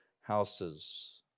houses